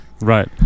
right